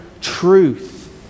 truth